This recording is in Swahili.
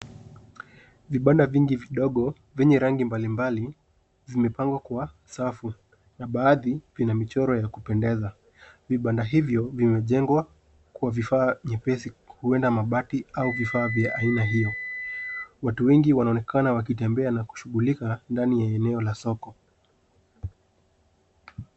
Vibanda vingi vidogo venye rangi mbalimbali zimepangwa kwa safu na baadhi vina michoro ya kupendeza. Vibanda hivyo vimejengwa kwa vifaa nyepesi huenda mabati au vifaa vya aina hiyo. Watu wengi wanaonekana wakitembea na kushughulika ndani ya eneo la soko.